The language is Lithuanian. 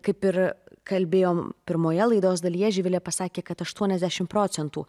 kaip ir kalbėjom pirmoje laidos dalyje živilė pasakė kad aštuoniasdešimt procentų